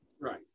Right